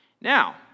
now